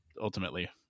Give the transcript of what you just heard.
ultimately